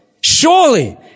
Surely